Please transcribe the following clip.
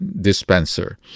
dispenser